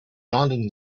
island